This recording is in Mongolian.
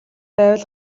байвал